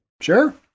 Sure